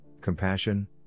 compassion